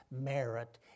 merit